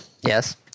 Yes